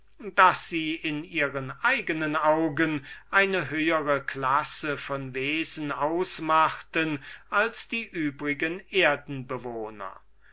daß sie in ihren eigenen augen eine höhere klasse von wesen ausmachten als die übrigen erdenbewohner